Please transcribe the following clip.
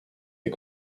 est